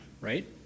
right